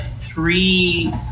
three